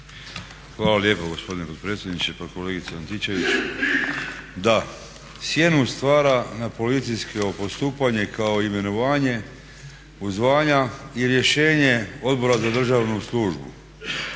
Hvala lijepo gospodine potpredsjedniče. Pa kolegice Antičević, da, sjenu stvara na policijsko postupanje kao imenovanje u zvanja i rješenje Odbora za državnu službu